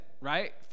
right